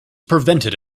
prevented